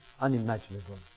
unimaginable